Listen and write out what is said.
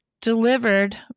delivered